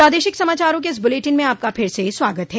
प्रादेशिक समाचारों के इस बुलेटिन में आपका फिर से स्वागत है